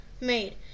made